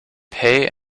pay